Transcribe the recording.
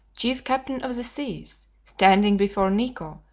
chief captain of the seas, standing before neco,